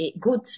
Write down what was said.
good